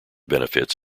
benefits